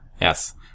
Yes